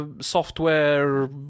software